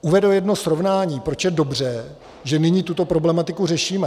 Uvedu jedno srovnání, proč je dobře, že nyní tuto problematiku řešíme.